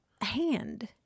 hand